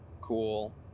cool